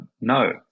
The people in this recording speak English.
no